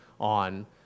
on